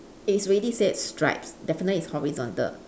it is already say stripes definitely is horizontal